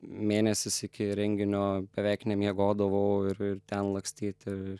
mėnesis iki renginio beveik nemiegodavau ir ir ten lakstyti ir